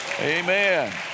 Amen